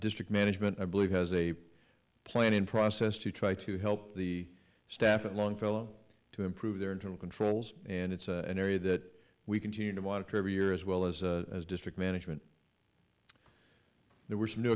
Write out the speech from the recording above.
district management i believe has a plan in process to try to help the staff at longfellow to improve their internal controls and it's an area that we continue to monitor every year as well as a district management there w